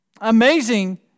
amazing